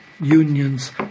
unions